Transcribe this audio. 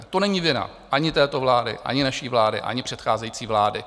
To není vina ani této vlády, ani naší vlády, ani předcházející vlády.